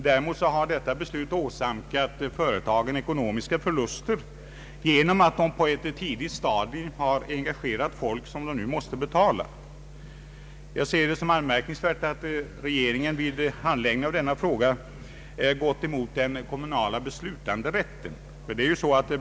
Däremot har detta beslut åsamkat företagen ekonomiska förluster genom att företagen på ett tidigt stadium engagerat folk som de nu måste betala. Det anmärkningsvärda vid regeringens handläggning av denna fråga finner jag vara att regeringen har gått emot den kommunala beslutanderätten.